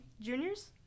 Juniors